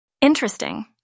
Interesting